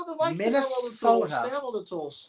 Minnesota